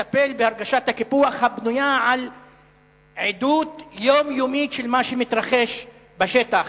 לטפל בהרגשת הקיפוח הבנויה על עדות יומיומית של מה שמתרחש בשטח.